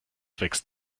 wächst